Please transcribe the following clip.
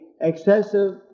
excessive